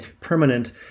permanent